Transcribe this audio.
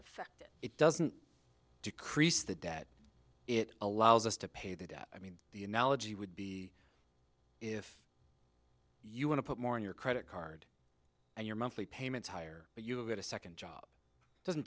affected it doesn't decrease the debt it allows us to pay the debt i mean the analogy would be if you want to put more on your credit card and your monthly payments higher but you get a second job doesn't